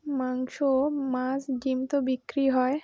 মাংস মাছ ডিম তো বিক্রি হয়